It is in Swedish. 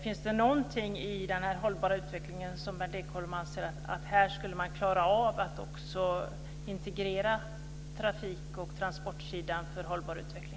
Är det någonstans i den hållbara utvecklingen där Berndt Ekholm anser att man skulle klara av att integrera trafik och transportsidan?